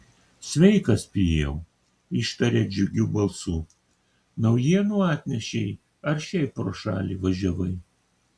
sveikas pijau ištarė džiugiu balsu naujienų atnešei ar šiaip pro šalį važiavai